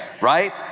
Right